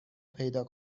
پیدا